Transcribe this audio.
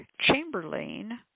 Chamberlain